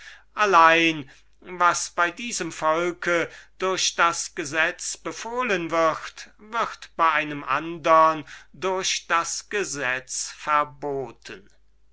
allein was bei diesem volk durch das gesetz befohlen wird wird bei einem andern durch das gesetz verboten